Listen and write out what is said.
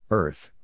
Earth